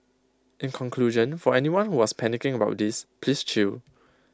in conclusion for anyone who was panicking about this please chill